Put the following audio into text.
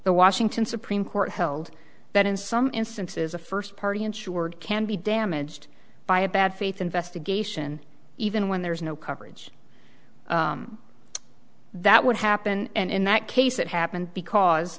the washington supreme court held that in some instances a first party ensured can be damaged by a bad faith investigation even when there is no coverage that would happen and in that case it happened because